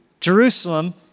Jerusalem